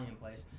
place